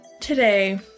Today